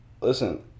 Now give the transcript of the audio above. listen